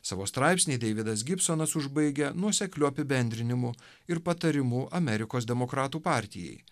savo straipsnį deividas gibsonas užbaigia nuosekliu apibendrinimu ir patarimu amerikos demokratų partijai